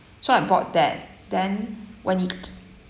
so I bought that then when i~ c~